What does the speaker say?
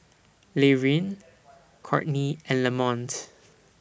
Laverne Courtney and Lamont